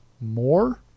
more